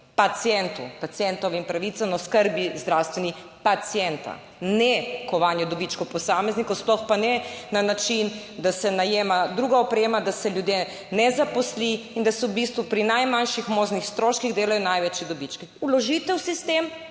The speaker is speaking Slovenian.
Pacientu, pacientovim pravicam, oskrbi zdravstveni pacienta, ne kovanju dobičkov posameznikov, sploh pa ne na način, da se najema druga oprema, da se ljudje ne zaposli in da se v bistvu pri najmanjših možnih stroških delajo največji dobički. Vložite v sistem